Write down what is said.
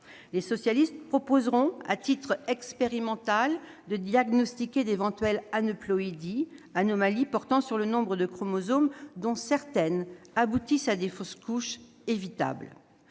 Les socialistes proposeront, à titre expérimental, de diagnostiquer d'éventuelles aneuploïdies, anomalies portant sur le nombre de chromosomes, qui, pour certaines, aboutissent à des fausses couches évitables.